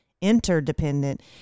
interdependent